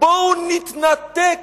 בואו נתנתק.